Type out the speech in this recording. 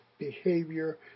behavior